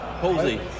Palsy